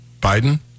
Biden